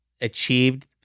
achieved